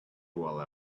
while